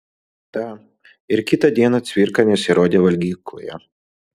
tą ir kitą dieną cvirka nesirodė valgykloje